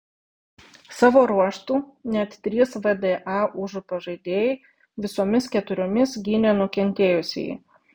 savo ruožtu net trys vda užupio žaidėjai visomis keturiomis gynė nukentėjusįjį